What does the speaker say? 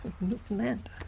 Newfoundland